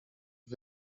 już